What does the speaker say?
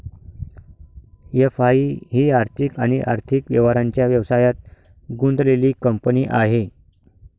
FI ही आर्थिक आणि आर्थिक व्यवहारांच्या व्यवसायात गुंतलेली कंपनी आहे